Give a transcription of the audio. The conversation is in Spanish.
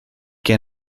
que